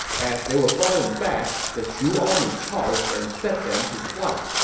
as they were falling back, the shu army charged and set them to flight.